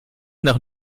nach